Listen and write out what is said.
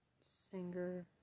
singer